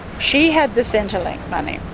she had the centrelink money,